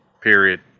period